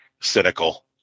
cynical